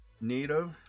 native